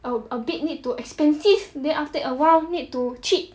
a a bit need too expensive then after a while need to cheap